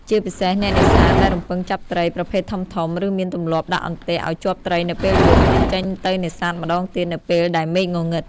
ជាពិសេស អ្នកនេសាទដែលរំពឹងចាប់ត្រីប្រភេទធំៗ ឬមានទម្លាប់ដាក់អន្ទាក់ឲ្យជាប់ត្រីនៅពេលយប់ នឹងចេញទៅនេសាទម្តងទៀតនៅពេលដែលមេឃងងឹត។